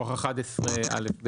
מכוח 11א(ב).